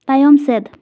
ᱛᱟᱭᱚᱢ ᱥᱮᱫ